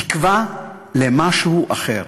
תקווה למשהו אחר,